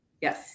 Yes